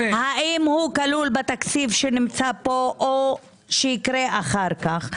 האם כלול בתקציב שנמצא פה או שיקרה אחר כך?